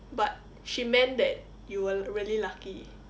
but she meant that you were really lucky